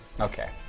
Okay